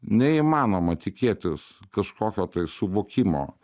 neįmanoma tikėtis kažkokio tai suvokimo